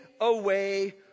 away